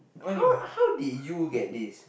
how how did you get this